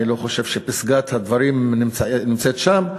אני לא חושב שפסגת הדברים נמצאת שם.